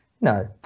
no